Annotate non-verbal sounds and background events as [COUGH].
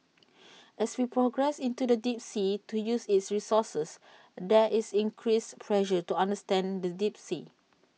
[NOISE] as we progress into the deep sea to use its resources there is increased pressure to understand the deep sea